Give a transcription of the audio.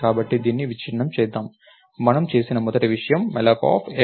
కాబట్టి దీన్ని విచ్ఛిన్నం చేద్దాం మనం చేసిన మొదటి విషయం mallocM sizeofint